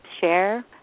share